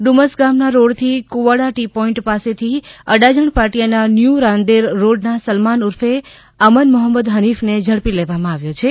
ડુસમ ગામના રોડથી Kuvada T point પાસેથી અડાજણ પાટીયાસ ન્યૂ રાંદેર રોડના સલમાન ઉર્ફે અમન મોહમ્મદ હનીફને ઝડપી લેવામાં આવ્યો છે